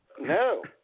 No